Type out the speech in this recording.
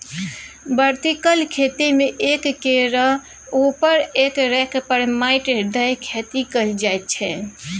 vertical खेती मे एक केर उपर एक रैक पर माटि दए खेती कएल जाइत छै